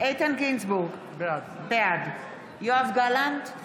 איתן גינזבורג, בעד יואב גלנט,